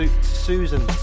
Susan